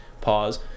Pause